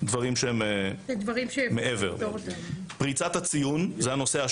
הנושא השלישי הוא פריצת הציון.